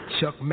Chuck